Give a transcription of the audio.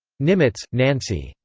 nimitz, nancy.